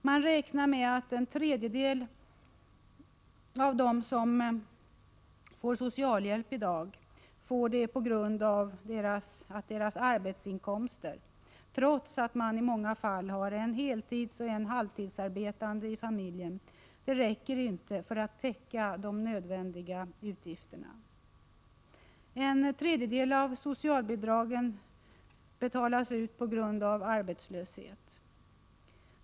Man räknar med att en tredjedel av dem som får socialhjälp i dag får det på grund av att deras arbetsinkomster, trots att de i många fall har en heltidsoch en halvtidsarbetande i familjen, inte räcker till för att täcka de nödvändiga utgifterna. En tredjedel av socialbidragen betalas ut på grund av arbetslöshet.